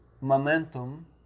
momentum